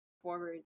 forward